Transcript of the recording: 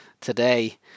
today